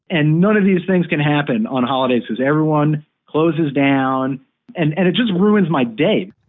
and none of these things can happen on holidays because everyone closes down and and it just ruins my day,